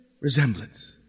resemblance